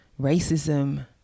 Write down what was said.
racism